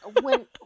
when-